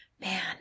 man